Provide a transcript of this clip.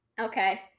Okay